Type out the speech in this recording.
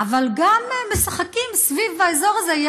אבל גם משחקים סביב האזור הזה.